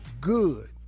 good